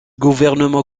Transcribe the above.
gouvernement